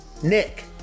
Nick